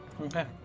Okay